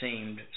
seemed